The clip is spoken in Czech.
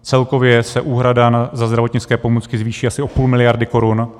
Celkově se úhrada za zdravotnické pomůcky zvýší asi o půl miliardy korun.